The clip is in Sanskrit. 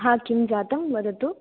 हा किं जातं वदतु